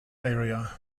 area